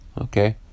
okay